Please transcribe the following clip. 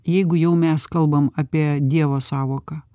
jeigu jau mes kalbam apie dievo sąvoką